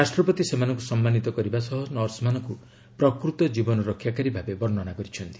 ରାଷ୍ଟ୍ରପତି ସେମାନଙ୍କୁ ସମ୍ମାନିତ କରିବା ସହ ନର୍ସମାନଙ୍କୁ ପ୍ରକୃତ ଜୀବନରକ୍ଷାକାରୀ ଭାବେ ବର୍ଷ୍ଣନା କରିଛନ୍ତି